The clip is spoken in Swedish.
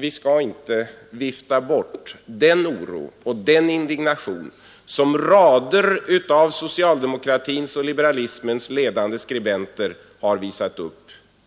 Vi skall inte vifta bort den oro och den indignation som rader av socialdemokratins och liberalismens ledande skribenter har visat